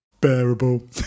Bearable